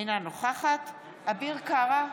אינה נוכחת אביר קארה,